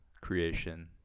creation